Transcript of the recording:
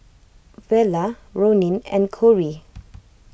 Vela Ronin and Corrie